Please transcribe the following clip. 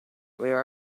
where